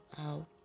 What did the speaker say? out